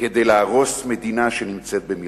כדי להרוס מדינה שנמצאת במלחמה.